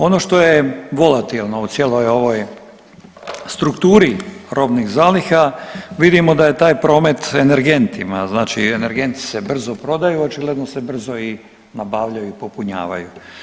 Ono što je volatilno u cijeloj ovoj strukturi robnih zaliha, vidimo da je taj promet energentima, znači energenti se brzo prodaju, očigledno se i brzo i nabavljaju i popunjavaju.